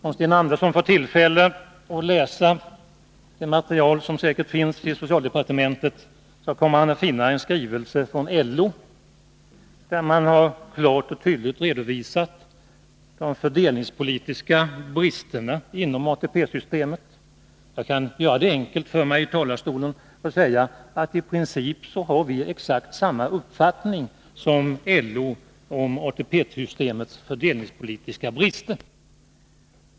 Om Sten Andersson får tillfälle att läsa det material som säkert finns i socialdepartementet, kommer han att finna en skrivelse från LO där man klart och tydligt har redovisat de fördelningspolitiska bristerna inom ATP-systemet. Jag kan göra det enkelt för mig i talarstolen och säga att i princip har vi exakt samma uppfattning som LO om ATP-systemets fördelningspolitiska brister.